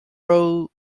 road